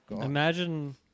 imagine